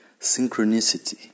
Synchronicity